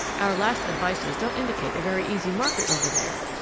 our last advices don't indicate a very easy market over there.